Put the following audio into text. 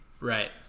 Right